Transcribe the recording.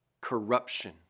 corruption